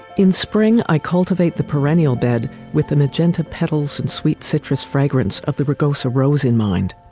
in spring, i cultivate the perennial bed with the magenta petals and sweet citrus fragrance of the rugosa rose in mind.